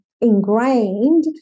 ingrained